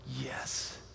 yes